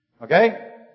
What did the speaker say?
Okay